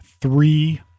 three